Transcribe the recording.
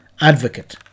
advocate